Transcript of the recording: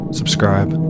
subscribe